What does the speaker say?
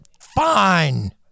Fine